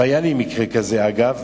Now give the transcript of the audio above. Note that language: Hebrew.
והיה לי מקרה כזה, אגב,